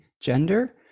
gender